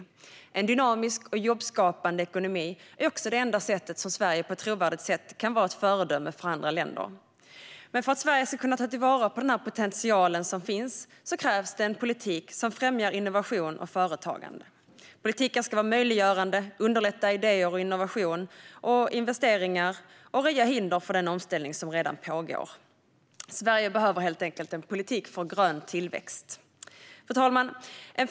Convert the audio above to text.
Att ha en dynamisk och jobbskapande ekonomi är också det enda sättet för Sverige att vara ett trovärdigt föredöme för andra länder. Men för att Sverige ska kunna ta vara på den potential som finns krävs en politik som främjar innovation och företagande. Politiken ska möjliggöra och underlätta idéer, innovation och investeringar och undanröja hinder för den omställning som redan pågår. Sverige behöver helt enkelt en politik för grön tillväxt. Fru talman!